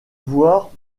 voir